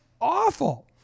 awful